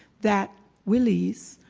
that we lease,